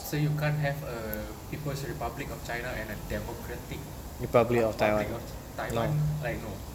so you can't have a people's republic of china and a democratic republic of taiwan like no